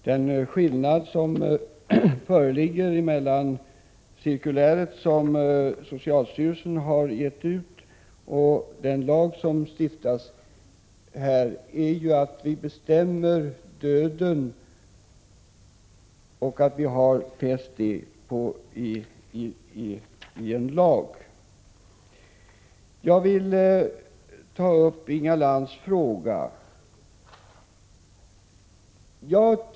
Den skillnad som föreligger mellan det cirkulär som socialstyrelsen har gett ut och den lag som här stiftas är ju att vi bestämmer dödens inträde och att vi har fastställt det i en lag. Jag vill ta upp Inga Lantz fråga.